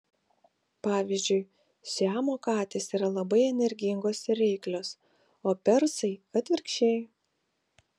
pavyzdžiui siamo katės yra labai energingos ir reiklios o persai atvirkščiai